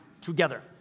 together